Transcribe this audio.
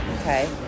Okay